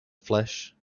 flesh